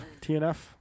TNF